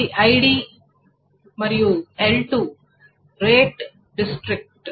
ఇది ఐడి మరియు L2 rate district